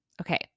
Okay